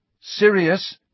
Sirius